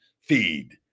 Feed